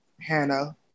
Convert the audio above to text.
Hannah